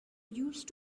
used